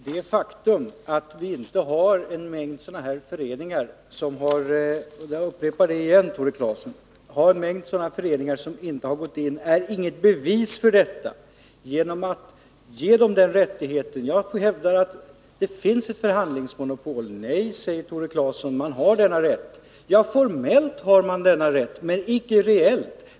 Herr talman! Det faktum att det inte finns en mängd föreningar som inte har fått del av denna rätt är — jag upprepar det, Tore Claeson — inget bevis för att er ståndpunkt är riktig. Jag hävdar att det finns ett förhandlingsmonopol. Nej, säger Tore Claeson, man har denna rätt att förhandla. Ja, formellt har man denna rätt, men icke reellt.